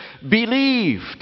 believed